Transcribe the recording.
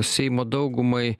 seimo daugumai